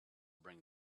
bring